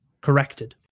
corrected